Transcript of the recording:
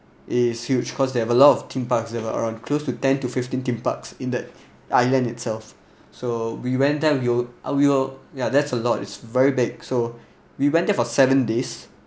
it's huge cause they have a lot of theme parks they have around close to ten to fifteen theme parks in the island itself so we went there we will uh we will ya that's a lot it's very big so we went there for seven days